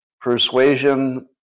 persuasion